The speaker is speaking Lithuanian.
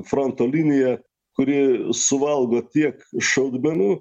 fronto linija kuri suvalgo tiek šaudmenų